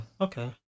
Okay